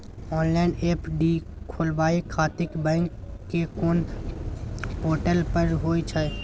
Online FD खोलाबय खातिर bank के कोन पोर्टल पर होए छै?